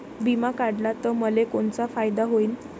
बिमा काढला त मले कोनचा फायदा होईन?